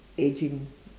ageing